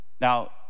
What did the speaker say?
Now